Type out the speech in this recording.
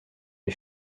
les